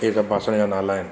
हीअ सभु बासण जा नाला आहिनि